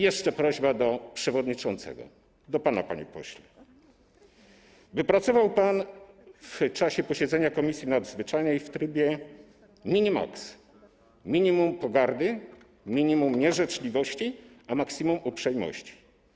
Jeszcze prośba do przewodniczącego, do pana, panie pośle, by pracował pan w czasie posiedzenia Komisji Nadzwyczajnej w trybie mini-max - minimum pogardy, minimum nieżyczliwości, a maksimum uprzejmości.